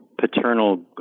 paternal